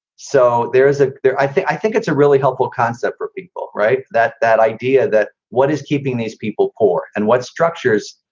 so there is. ah i think i think it's a really helpful concept for people. right. that that idea that what is keeping these people poor and what structures,